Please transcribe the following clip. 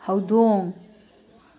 ꯍꯧꯗꯣꯡ